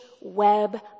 web